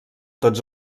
tots